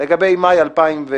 לגבי מאי 2018,